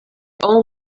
own